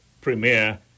premier